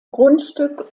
grundstück